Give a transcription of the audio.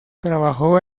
trabajó